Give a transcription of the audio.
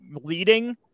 leading